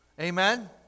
Amen